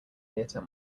theater